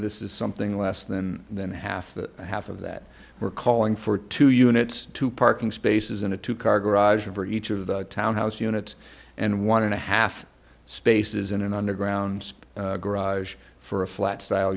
this is something less than than half the half of that we're calling for two units to parking spaces in a two car garage over each of the townhouse units and one and a half spaces in an underground garage for a flat style